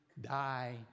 die